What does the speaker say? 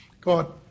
God